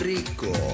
Rico